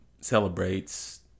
celebrates